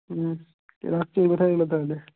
হুম ঠিক আছে রাখছি ওই কথাই রইলো তাহলে